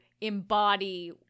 embody